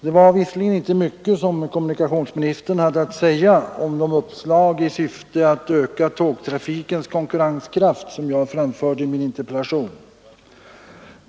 Det var visserligen inte mycket kommunikationsministern hade att säga om de uppslag i syfte att öka tågtrafikens konkurrenskraft som jag framförde i min interpellation.